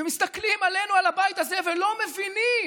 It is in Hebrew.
הם מסתכלים עלינו, על הבית הזה, ולא מבינים